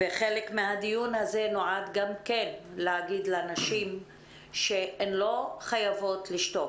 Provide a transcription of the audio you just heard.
חלק מהדיון הזה נועד גם כן להגיד לנשים שהן לא חייבות לשתוק.